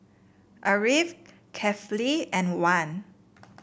Ariff Kefli and Wan